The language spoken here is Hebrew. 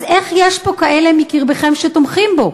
אז איך יש פה כאלה מקרבכם שתומכים בו?